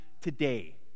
today